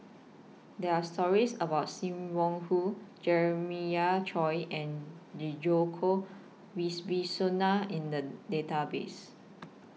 There Are stories about SIM Wong Hoo Jeremiah Choy and Djoko in The Database